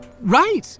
Right